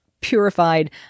purified